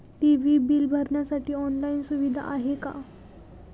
TV bill भरण्यासाठी online सुविधा आहे का?